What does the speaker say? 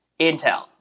Intel